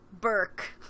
Burke